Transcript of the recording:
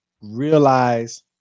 realize